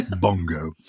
Bongo